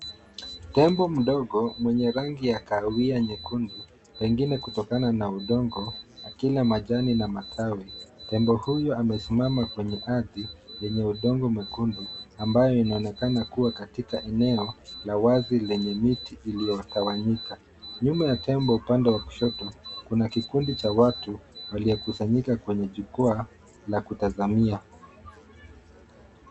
Tembo mdogo mwenye rangi ya kahawia nyekundu pengine kutokana na udongo, akila majani na matawi. Tembo huyo amesimama kwenye ardhi lenye udongo mwekundu ambayo inaonekana kuwa katika eneo la wazi lenye miti iliyotawanyika. Nyuma ya tembo, upande wa kushoto, kuna kikundi cha watu waliokusanyika kwenye jukwaa la kutazamia.